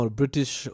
british